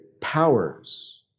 powers